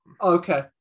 okay